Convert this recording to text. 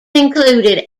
included